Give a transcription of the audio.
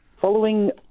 following